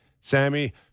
Sammy